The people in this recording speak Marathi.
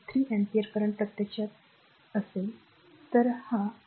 जर 3 अँपिअर करंट प्रत्यक्षात चालू असेल तर असे चालू आहे